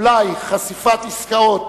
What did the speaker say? "אולי חשיפת עסקאות